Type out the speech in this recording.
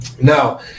Now